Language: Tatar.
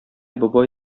бабай